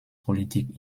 politik